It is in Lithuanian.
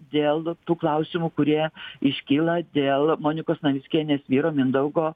dėl tų klausimų kurie iškyla dėl monikos navickienės vyro mindaugo